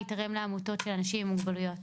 ייתרם לעמותות של אנשים עם מוגבלויות.